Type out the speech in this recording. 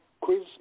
Quiz